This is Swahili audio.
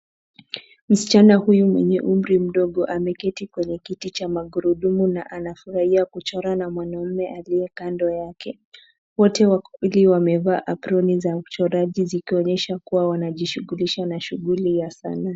Msichana huyu mwenye umri mdogo ameketi kwenye kiti cha magurudumu na anafurahia kuchora na mwanaume aliye kando yake. Wote wawili wamevaa aproni za uchoraji zikionyesha kuwa wanajishughulisha na shughuli ya sanaa.